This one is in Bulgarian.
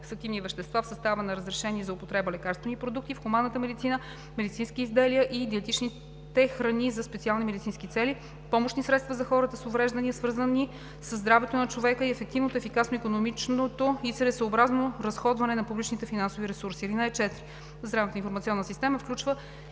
с активни вещества в състава на разрешени за употреба лекарствени продукти в хуманната медицина, медицински изделия и диетични храни за специални медицински цели, помощни средства за хората с увреждания, свързани със здравето на човека, и ефективното, ефикасното, икономичното и целесъобразното разходване на публичните финансови ресурси. (3) Здравната информационна система включва